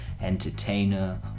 entertainer